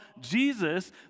Jesus